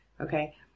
okay